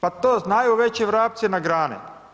Pa to znaju već i vrapci na grani.